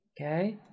okay